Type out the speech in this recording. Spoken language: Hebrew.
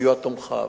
בסיוע תומכיו.